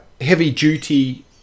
heavy-duty